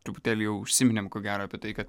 truputėlį jau užsiminėm ko gero apie tai kad